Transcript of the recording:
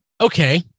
Okay